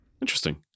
Interesting